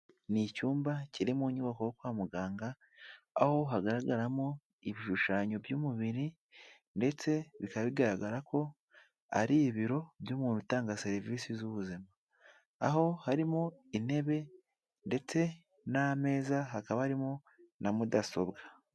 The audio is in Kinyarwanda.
Ni icyumba kiri mu nyubako yo kwa muganga, aho hagaragaramo ibishushanyo by'umubiri ndetse bikaba bigaragara ko ari ibiro by'umuntu utanga serivisi z'ubuzima, aho harimo intebe ndetse n'ameza, hakaba harimo na mudasobwa.